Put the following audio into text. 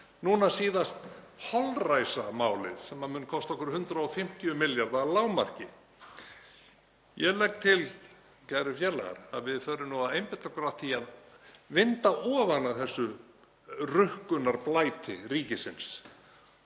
núna síðast holræsamálið sem mun kosta okkur 150 milljarða að lágmarki. Ég legg til, kæru félagar, að við förum að einbeita okkur að því að vinda ofan af þessu rukkunarblæti ríkisins